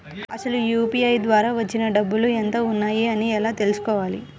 అసలు యూ.పీ.ఐ ద్వార వచ్చిన డబ్బులు ఎంత వున్నాయి అని ఎలా తెలుసుకోవాలి?